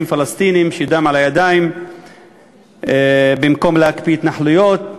פלסטינים שדם על ידיהם במקום להקפיא התנחלויות,